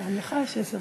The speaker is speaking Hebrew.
גם לך יש עשר דקות.